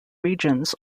regions